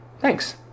Thanks